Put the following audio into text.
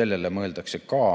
sellele mõeldakse ka.